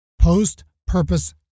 post-purpose